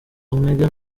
omega